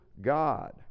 God